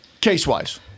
Case-wise